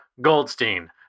Goldstein